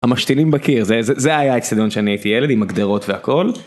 המשתינים בקיר זה, זה היה האיצטדיון כשאני הייתי ילד עם הגדרות והכל.